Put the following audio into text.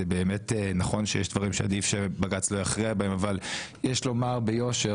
זה באמת נכון שיש דברים שעדיף שבג"צ לא יכריע בהם אבל יש לומר ביושר